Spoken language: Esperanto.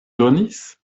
donis